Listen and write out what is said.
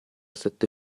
sette